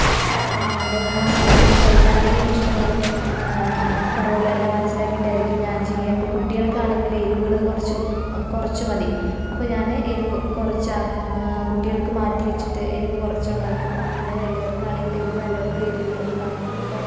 ആ ഉണ്ട് ഞാൻ പാചകത്തിൽ എല്ലാവരുടേയും ഇഷ്ടങ്ങളും കുറവുകളും എല്ലാം മനസ്സിലാക്കിയിട്ട് ആയിരിക്കും ഞാൻ ചെയ്യുക ഇപ്പോൾ കുട്ടികൾക്ക് ആണെങ്കിൽ എരിവുകൾ കുറച്ചു കുറച്ചു മതി അപ്പോൾ ഞാൻ എരിവു കുറച്ച് ആ കുട്ടികൾക്ക് മാറ്റി വച്ചിട്ട് എരിവ് കുറച്ച് ഉണ്ടാക്കും പിന്നെ വലിയവർക്കാണെങ്കിൽ എരിവ് വേണ്ടവർക്ക് എരിവുകൾ ആക്കും ഇപ്പം